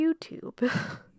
youtube